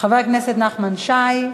חבר הכנסת נחמן שי,